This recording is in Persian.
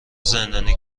زندانی